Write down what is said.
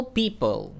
people